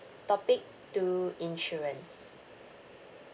topic two insurance